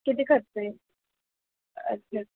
किती खर्च येईल अच्छा